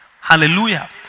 hallelujah